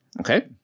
Okay